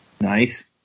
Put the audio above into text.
Nice